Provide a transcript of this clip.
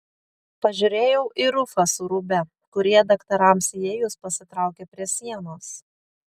pažiūrėjau į rufą su rūbe kurie daktarams įėjus pasitraukė prie sienos